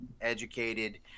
educated